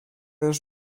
już